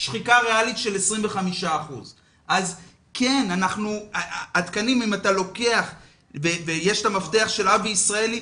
שחיקה ריאלית של 25%. יש מפתח של אבי ישראלי.